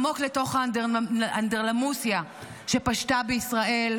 עמוק לתוך האנדרלמוסיה שפּשְׂתָה בישראל,